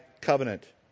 covenant